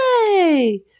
Yay